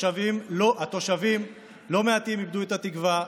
תושבים לא מעטים איבדו את התקווה,